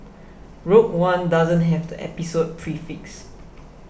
Rogue One doesn't have the Episode prefix